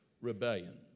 rebellion